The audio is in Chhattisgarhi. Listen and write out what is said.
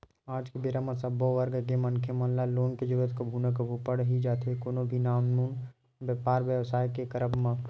आज के बेरा म सब्बो वर्ग के मनखे मन ल लोन के जरुरत कभू ना कभू पड़ ही जाथे कोनो भी नानमुन बेपार बेवसाय के करब म